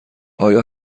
آیا